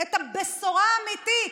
את הבשורה האמיתית,